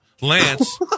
Lance